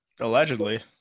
Allegedly